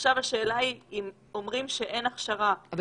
עכשיו השאלה היא אם אומרים שאין הכשרה --- אבל